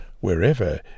wherever